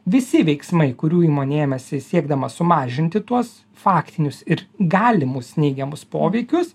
visi veiksmai kurių įmonė ėmėsi siekdama sumažinti tuos faktinius ir galimus neigiamus poveikius